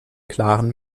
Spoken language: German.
klaren